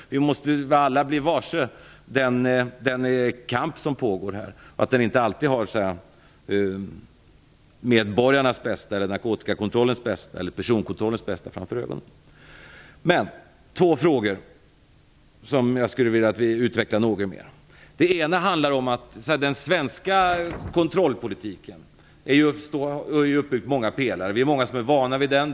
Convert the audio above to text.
Vi måste alla bli varse den kamp som pågår. Man har inte alltid medborgarnas, narkotikakontrollens eller personkontrollens bästa framför ögonen. Jag har två frågor som jag skulle vilja att justitieministern utvecklade något mer. Den ena handlar om den svenska kontrollpolitiken. Den är uppbyggd på många pelare. Vi är många som är vana vid den.